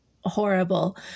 horrible